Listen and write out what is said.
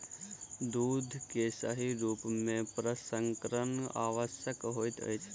दूध के सही रूप में प्रसंस्करण आवश्यक होइत अछि